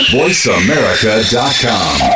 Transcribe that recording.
voiceamerica.com